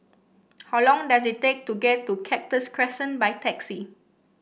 how long does it take to get to Cactus Crescent by taxi